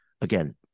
again